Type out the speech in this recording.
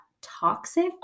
toxic